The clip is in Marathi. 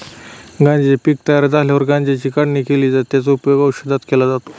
गांज्याचे पीक तयार झाल्यावर गांज्याची काढणी केली जाते, त्याचा उपयोग औषधात केला जातो